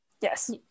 yes